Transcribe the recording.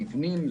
למבנים,